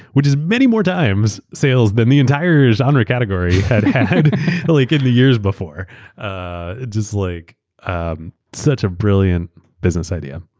which is many more times sales than the entire genre category had had like in the years before. ah such like a such a brilliant business idea.